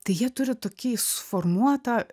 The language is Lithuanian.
tai jie turi tokį suformuotą